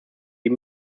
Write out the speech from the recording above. die